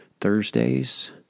Thursdays